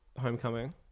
Homecoming